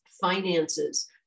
finances